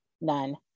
none